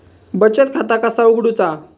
बचत खाता कसा उघडूचा?